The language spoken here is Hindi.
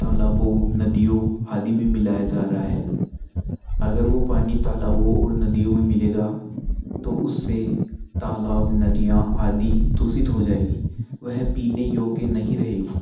तालाबों नदियों आदि में मिलाया जा रहा है अगर वो पानी तालाबों और नदियों में मिलेगा तो उससे तालाब नदियाँ आदि दूषित हो जाएगी वह पीने योग्य नहीं रहेगी